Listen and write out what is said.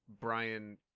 Brian